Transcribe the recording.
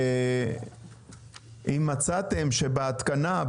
אם מצאתם שבהתקנה,